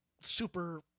super